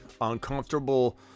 uncomfortable